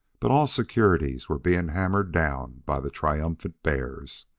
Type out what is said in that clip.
but all securities were being hammered down by the triumphant bears.